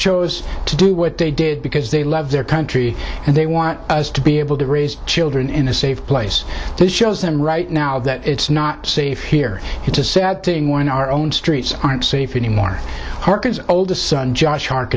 chose to do what they did because they love their country and they want us to be able to raise children in a safe place this shows them right now that it's not safe here it's a sad thing when our own streets aren't safe anymore harkins oldest son josh